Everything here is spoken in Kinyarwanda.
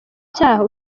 cyaha